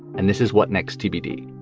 and this is what next tbd.